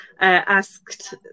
asked